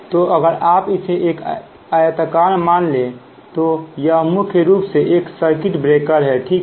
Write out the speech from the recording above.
तो अगर आप इसे एक आयातकार मान लें तो यह मुख्य रूप से एक सर्किट ब्रेकर है ठीक है